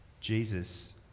jesus